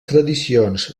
tradicions